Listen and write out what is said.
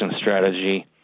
strategy